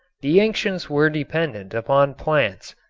the ancients were dependent upon plants,